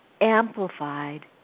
amplified